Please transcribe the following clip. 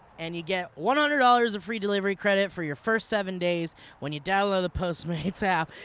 and you get one hundred dollars of free delivery credit for your first seven days when you download the postmates app.